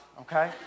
okay